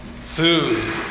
food